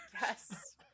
Yes